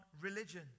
religion